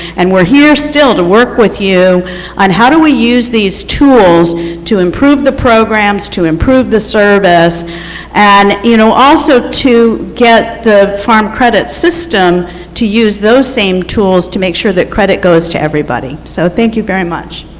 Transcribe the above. and we are here still to work with you on how to use these tools to improve the programs, to improve the service and you know also to get the farm credit system to use those same tools to make sure credit goes to everybody. so thank you very much.